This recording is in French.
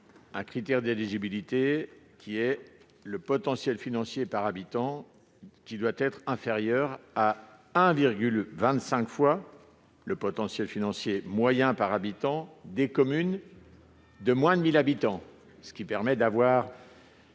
critère d'éligibilité le potentiel financier par habitant, qui doit être inférieur à 1,25 fois le potentiel financier moyen par habitant des communes de moins de 1 000 habitants. Cela permet une